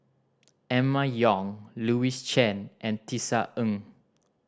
Emma Yong Louis Chen and Tisa Ng